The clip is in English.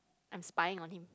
I am spying on him